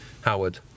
Howard